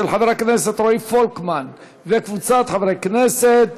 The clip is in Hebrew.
של חבר הכנסת רועי פולקמן וקבוצת חברי הכנסת,